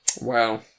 Wow